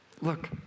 Look